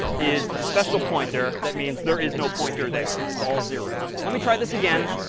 is a special pointer that means there is no pointer there. it's all zero s. let me try this again,